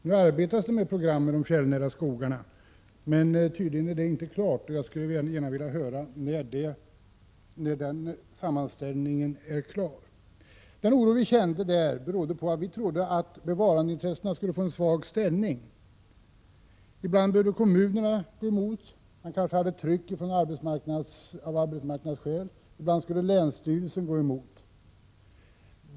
Nu arbetas det med programmen om de fjällnära skogarna, men tydligen är det arbetet inte klart, och jag skulle gärna vilja veta när sammanställningen skall bli klar. Den oro som vi kände berodde på att vi trodde att bevarandeintressena skulle få en svag ställning. Ibland gick kommunerna emot — de kanske hade ett tryck på sig av arbetsmarknadsskäl. Ibland kunde länsstyrelsen gå emot.